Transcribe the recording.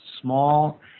small